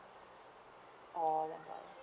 orh